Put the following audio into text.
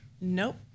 Nope